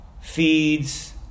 feeds